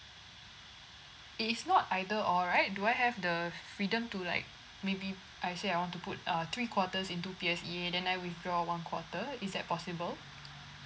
it is not either all right do I have the freedom to like maybe I say I want to put err three quarters into P_S_A then I withdraw one quarter is that possible